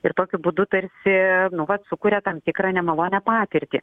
ir tokiu būdu tarsi nu vat sukuria tam tikrą nemalonią patirtį